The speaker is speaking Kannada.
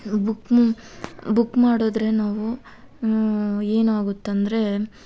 ಬುಕ್ ಮ್ ಬುಕ್ ಮಾಡಿದ್ರೆ ನಾವು ಏನಾಗುತ್ತಂದರೆ